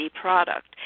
product